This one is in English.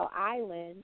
Island